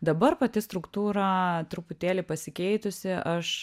dabar pati struktūra truputėlį pasikeitusi aš